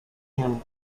him